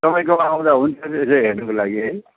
तपाईँकोमा आउँदा हुन्छ यसो हेर्नुको लागि है